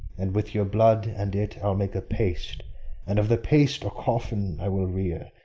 and with your blood and it i'll make a paste and of the paste a coffin i will rear,